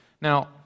Now